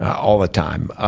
all the time.